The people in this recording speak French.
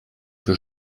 que